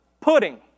pudding